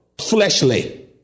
fleshly